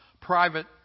private